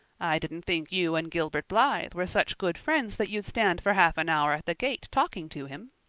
i didn't think you and gilbert blythe were such good friends that you'd stand for half an hour at the gate talking to him,